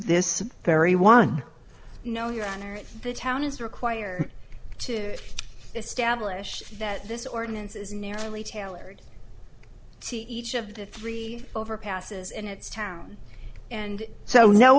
this very one no your honor the town is required to establish that this ordinance is narrowly tailored to each of the three overpasses in its town and so no